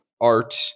Art